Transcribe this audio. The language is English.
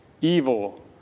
evil